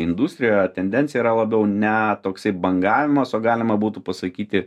industrijoje tendencija yra labiau ne toksai bangavimas o galima būtų pasakyti